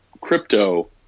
crypto